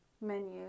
menu